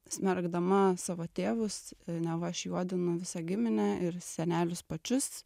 smerkdama savo tėvus neva aš juodinu visą giminę ir senelius pačius